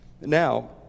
Now